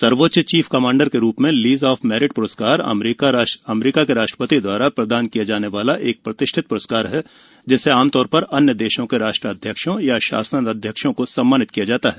सर्वोच्च chief commander के रूप में लीज ऑफ मेरिट पुरस्कार अमेरिका के राष्ट्रपति द्वारा प्रदान किये जाने वाला एक प्रतिष्ठित प्रस्कार है जिससे आमतौर पर अन्य देशों के राष्ट्राध्यक्षों या शासनाध्यक्षों को सम्मानित किया जाता है